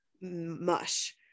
mush